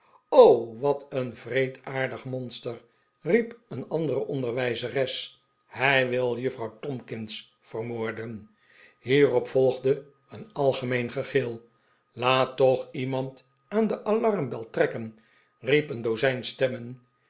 wat een wreedaardig monster riep een andere onderwijzeres hij wil juffrouw tomkins vermoorden hierop volgde een algemeen gegil laat toch iemand aan de alarmbel trekken riep een dozijn stemmen